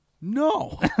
No